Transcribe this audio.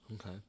okay